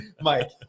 Mike